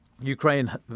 Ukraine